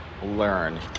Learn